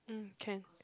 mm can